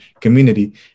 community